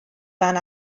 fan